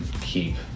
keep